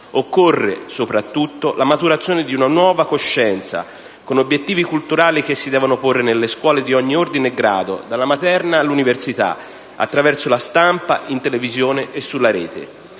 Occorre soprattutto la maturazione di una nuova coscienza con obiettivi culturali che si devono porre nelle scuole di ogni ordine e grado, dalla materna all'università, attraverso la stampa, in televisione e sulla rete.